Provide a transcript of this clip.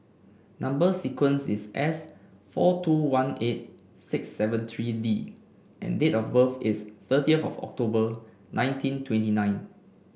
number sequence is S four two one eight six seven three D and date of birth is thirtieth of October nineteen twenty nine